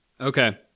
Okay